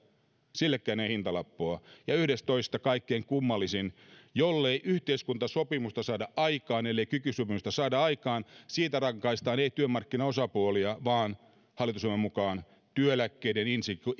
sillekään ei hintalappua ja kaikkein kummallisin yksitoista jollei yhteiskuntasopimusta saada aikaan ellei kiky sopimusta saada aikaan siitä ei rankaista työmarkkinaosapuolia vaan hallitusohjelman mukaan työeläkkeiden